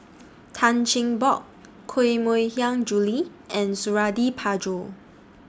Tan Cheng Bock Koh Mui Hiang Julie and Suradi Parjo